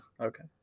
Okay